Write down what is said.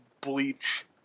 Bleach